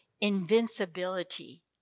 invincibility